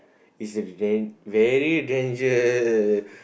it's a dan~ very danger